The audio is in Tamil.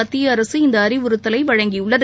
மத்திய அரசு இந்த அறிவுறுத்தலை வழங்கியுள்ளது